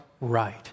right